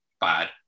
bad